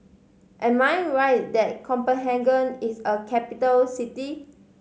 am I right that Copenhagen is a capital city